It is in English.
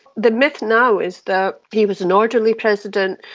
the myth now is that he was an orderly president,